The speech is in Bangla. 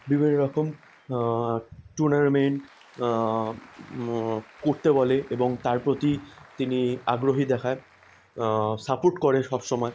বিভিন্ন রকম টুর্নামেন্ট করতে বলে এবং তার প্রতি তিনি আগ্রহী দেখায় সাপোর্ট করে সবসময়